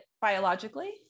biologically